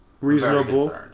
Reasonable